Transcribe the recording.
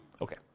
Okay